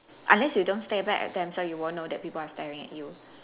unless you don't stare back at them so you won't know that people are staring at you